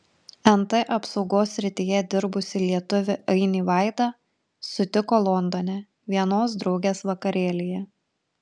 nt apsaugos srityje dirbusį lietuvį ainį vaida sutiko londone vienos draugės vakarėlyje